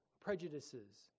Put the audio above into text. prejudices